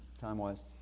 time-wise